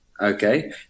okay